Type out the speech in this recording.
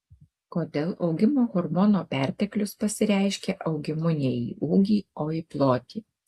kodėl augimo hormono perteklius pasireiškia augimu ne į ūgį o į plotį